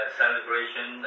celebration